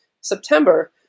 september